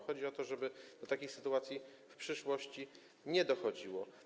Chodzi o to, żeby do takich sytuacji w przyszłości nie dochodziło.